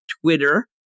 Twitter